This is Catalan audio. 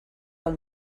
del